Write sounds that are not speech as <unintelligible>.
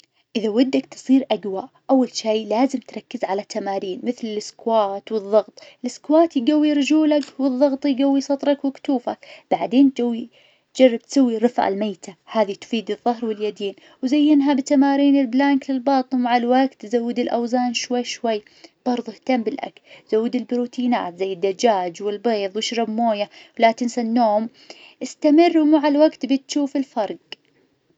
إذا ودك تصير أقوى أول شي لازم تركز على تمارين مثل الإسكواد والظغط، الإسكواد يقوي رجولك والظغط يقوي صدرك وكتوفك، بعدين <unintelligible> جرب تسوي رفع الميتة هذي تفيد الظهر واليدين وزينها بتمارين البلانك للباطن، ومع الوقت زود الأوزان شوي شوي برظو إهتم بالأكل زود البروتينات زي الدجاج والبيض، واشرب مويه. لا تنسى النوم، استمر ومع الوقت بتشوف الفرق.